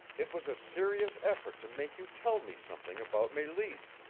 it was a serious effort to make you tell me something about meleese.